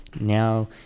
Now